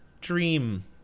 dream